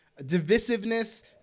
divisiveness